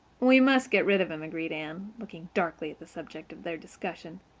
we must get rid of him, agreed anne, looking darkly at the subject of their discussion,